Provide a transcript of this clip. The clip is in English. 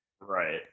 Right